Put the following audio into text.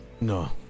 No